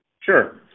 Sure